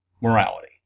morality